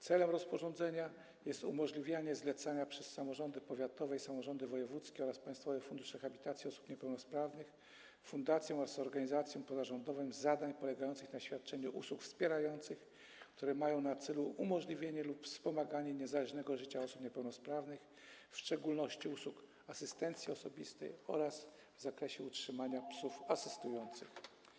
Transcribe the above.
Celem rozporządzenia jest umożliwianie zlecania przez samorządy powiatowe i samorządy wojewódzkie oraz Państwowy Fundusz Rehabilitacji Osób Niepełnosprawnych fundacjom oraz organizacjom pozarządowym zadań polegających na świadczeniu usług wspierających, które mają na celu umożliwienie lub wspomaganie niezależnego życia osób niepełnosprawnych, w szczególności usług asystencji osobistej oraz w zakresie utrzymania psów asystujących.